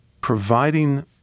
providing